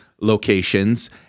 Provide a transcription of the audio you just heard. locations